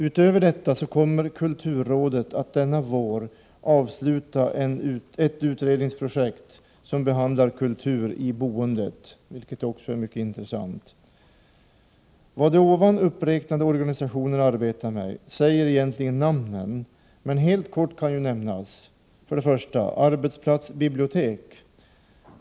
Utöver detta kommer kulturrådet att denna vår avsluta ett utredningsprojekt som behandlar kultur i boendet, vilket också är mycket intressant. Vad de här uppräknade organisationerna arbetar med säger egentligen namnen, men helt kort kan nämnas: 1. Arbetsplatsbibliotek.